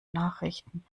nachrichten